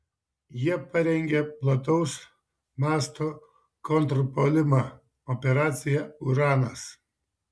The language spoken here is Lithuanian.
jie parengė plataus masto kontrpuolimą operaciją uranas